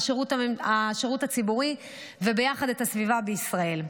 השירות הציבורי וביחד את הסביבה בישראל.